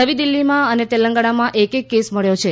નવી દિલ્હીમાં અને તેલંગણામાં એક એક કેસ મળ્યો છે